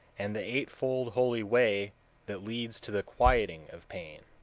and the eightfold holy way that leads to the quieting of pain